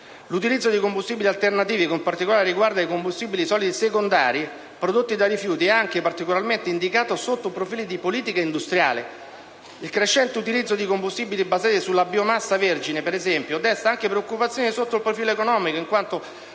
L'utilizzo di combustibili alternativi, con particolar riguardo ai combustibili solidi secondari prodotti da rifiuti, è anche particolarmente indicato sotto profili di politica industriale. Il crescente utilizzo di combustibili basati sulla biomassa vergine, ad esempio, desta anche preoccupazioni sotto il profilo economico, in quanto